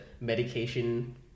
medication